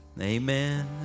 Amen